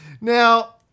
Now